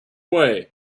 way